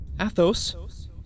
Athos